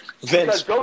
Vince